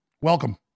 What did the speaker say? Welcome